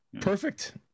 perfect